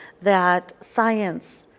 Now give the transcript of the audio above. that science,